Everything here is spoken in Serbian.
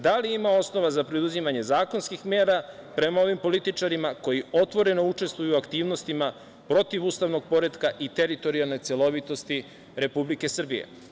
Da li ima osnova za preduzimanje zakonskih mera prema ovim političarima koji otvoreno učestvuju u aktivnostima protiv ustavnog poretka i teritorijalne celovitosti Republike Srbije?